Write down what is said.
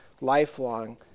lifelong